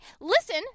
Listen